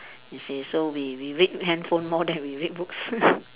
you see so we we read handphone more than we read books